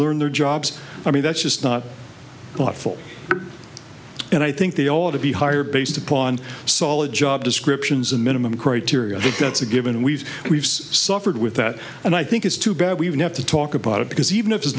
learn their jobs i mean that's just not thoughtful and i think they ought to be hired based upon solid job descriptions and minimum criteria i think that's a given and we've we've suffered with that and i think it's too bad we even have to talk about it because even if it's